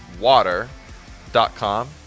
water.com